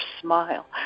smile